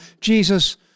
jesus